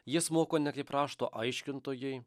jis moko ne kaip rašto aiškintojui